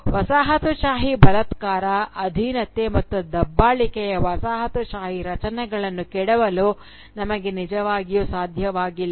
ವಸಾಹತುಶಾಹಿ ಬಲಾತ್ಕಾರ ಅಧೀನತೆ ಮತ್ತು ದಬ್ಬಾಳಿಕೆಯ ವಸಾಹತುಶಾಹಿ ರಚನೆಗಳನ್ನು ಕೆಡವಲು ನಮಗೆ ನಿಜವಾಗಿಯೂ ಸಾಧ್ಯವಾಗಿಲ್ಲ